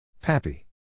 Pappy